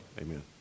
Amen